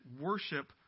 worship